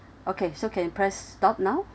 okay so can press stop now